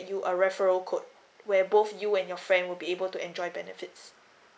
you a referral code where both you and your friend would be able to enjoy benefits